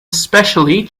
especially